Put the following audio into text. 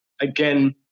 again